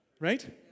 Right